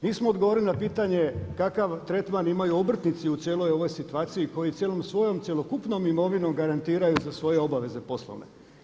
Nismo odgovorili na pitanje kakav tretman imaju obrtnici u cijeloj ovoj situaciji koji cijelom svojom cjelokupnom imovinom garantiraju za svoje obaveze poslovne.